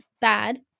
bad